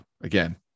again